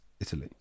Italy